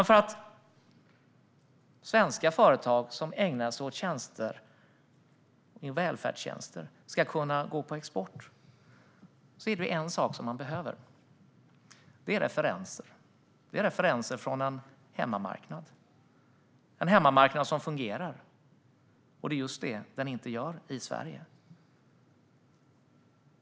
För att svenska företag som ägnar sig åt välfärdstjänster ska kunna gå på export är det en sak som behövs: referenser från en hemmamarknad som fungerar. Men det är just det den inte gör i Sverige.